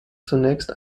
zunächst